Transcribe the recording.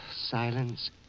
silence